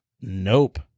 Nope